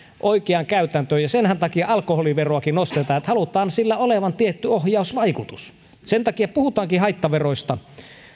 oikeaan käytäntöön ja sen takiahan alkoholiveroakin nostetaan että halutaan sillä olevan tietty ohjausvaikutus sen takia puhutaankin haittaveroista